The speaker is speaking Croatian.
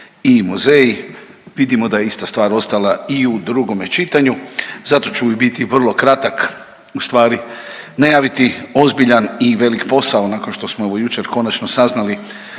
i muzeji vidimo da je ista stvar ostala i u drugome čitanju. Zato ću biti vrlo kratak, ustvari najaviti ozbiljan i velik posao nakon što smo evo jučer konačno saznali